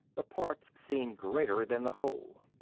the parts seem greater than the whole.